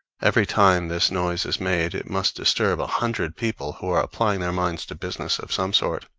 every time this noise is made, it must disturb a hundred people who are applying their minds to business of some sort,